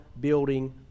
building